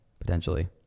Potentially